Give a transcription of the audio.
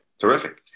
Terrific